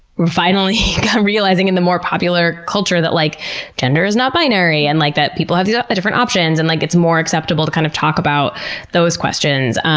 we're finally realizing in the more popular culture that like gender is not binary, and like that people have yeah different options, and like it's more acceptable to kind of talk about those questions. um